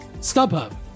StubHub